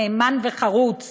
נאמן וחרוץ